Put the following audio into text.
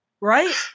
Right